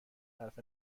صرف